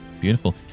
Beautiful